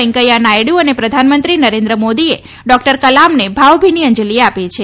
વેંકૈયા નાયડુ અને પ્રધાનમંત્રી નરેન્દ્ર મોદીએ ડોક્ટર કલામને ભાવભીની અંજલી આપી છે